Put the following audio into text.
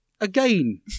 Again